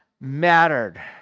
mattered